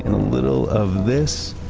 and little of this,